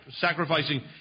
sacrificing